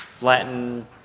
Latin